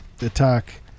attack